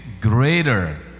greater